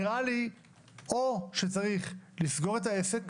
נראה לי או שצריך לסגור את העסק